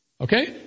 Okay